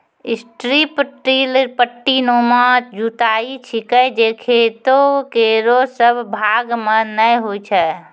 strip till पट्टीनुमा जुताई छिकै जे खेतो केरो सब भाग म नै होय छै